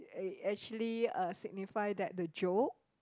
eh actually uh signify that the joke